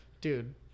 Dude